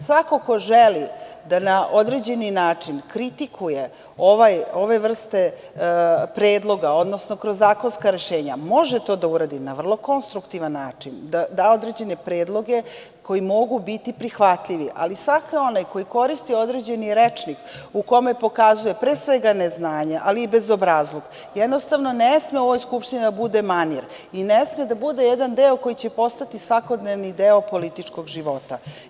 Svako ko želi da na određeni način kritikuje ove vrste predloga, odnosno kroz zakonska rešenja može to da uradi na vrlo konstruktivan način, da da određene predloge koji mogu biti prihvatljivi, ali svako onaj koji koristi određeni rečnik u kome pokazuje, pre svega, neznanje ali i bezobrazluk, jednostavno ne sme u ovoj Skupštini da bude manir i ne sme da bude jedan deo koji će postati svakodnevni deo političkog života.